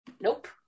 Nope